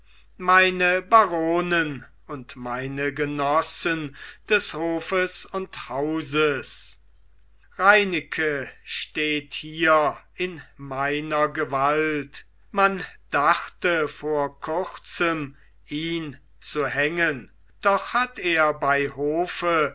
meine baronen und meine genossen des hofes und hauses reineke steht hier in meiner gewalt man dachte vor kurzem ihn zu hängen doch hat er bei hofe